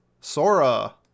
Sora